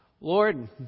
Lord